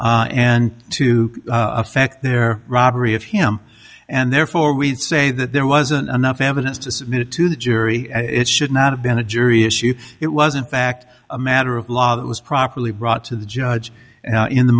hames and to affect their robbery of him and therefore we'd say that there wasn't enough evidence to submit to the jury it should not have been a jury issue it wasn't fact a matter of law it was properly brought to the judge in the